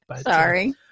Sorry